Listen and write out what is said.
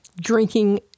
drinking